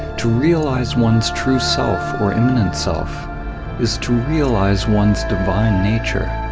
to realize one's true self or immanent self is to realize one's divine nature.